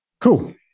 Cool